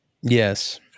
Yes